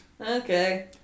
Okay